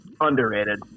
underrated